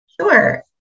Sure